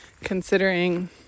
considering